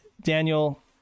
Daniel